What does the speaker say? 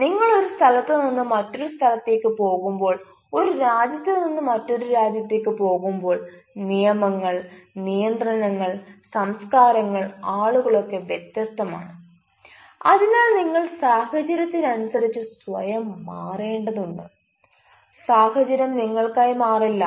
നിങ്ങൾ ഒരു സ്ഥലത്ത് നിന്ന് മറ്റൊരു സ്ഥലത്തേക്ക് പോകുമ്പോൾ ഒരു രാജ്യത്ത് നിന്ന് മറ്റൊരു രാജ്യത്തേക്ക് പോകുമ്പോൾ നിയമങ്ങൾ നിയന്ത്രണങ്ങൾ സംസ്കാരങ്ങൾ ആളുകൾ ഒക്കെ വ്യത്യസ്തമാണ് അതിനാൽ നിങ്ങൾ സാഹചര്യത്തിനനുസരിച്ചു സ്വയം മാറേണ്ടതുണ്ട് സാഹചര്യം നിങ്ങൾക്കായി മാറില്ല